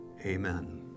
Amen